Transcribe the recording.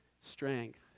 strength